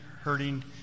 hurting